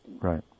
Right